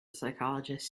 psychologist